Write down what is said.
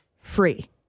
free